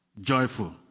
joyful